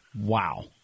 Wow